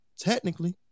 Technically